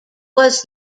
was